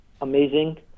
amazing